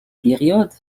période